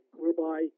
whereby